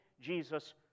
Jesus